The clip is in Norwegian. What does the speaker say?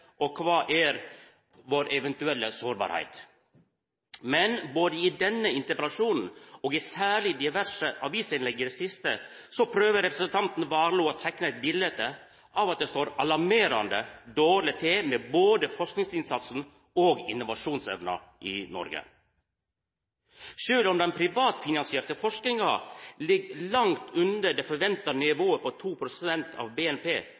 avklara kva vår styrke er, og kor vår eventuelle sårbarheit er. Men i denne interpellasjonen – og særleg i diverse avisinnlegg i det siste – prøver representanten Warloe å teikne eit bilete av at det står alarmerande dårleg til med både forskingsinnsatsen og innovasjonsevna i Noreg. Sjølv om den privatfinansierte forskinga ligg langt under det forventa nivået på 2 pst. av BNP,